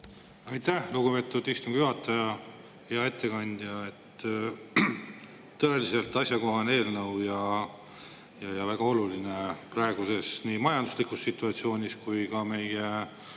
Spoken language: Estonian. Aitäh, lugupeetud istungi juhataja! Hea ettekandja! Tõeliselt asjakohane eelnõu ja väga oluline praeguses majanduslikus situatsioonis ja meie